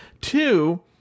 Two